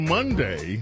Monday